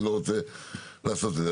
אני לא רוצה לעשות את זה.